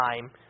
time